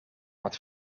wat